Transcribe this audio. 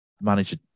manager